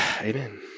Amen